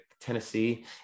Tennessee